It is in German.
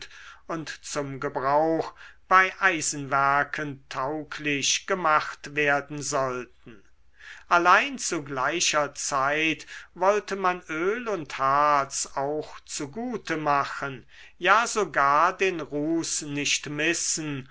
und zum gebrauch bei eisenwerken tauglich gemacht werden sollten allein zu gleicher zeit wollte man öl und harz auch zu gute machen ja sogar den ruß nicht missen